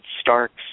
Starks